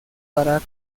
para